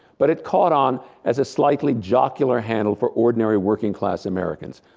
but it caught on as a slightly jocular handle for ordinary working class americans.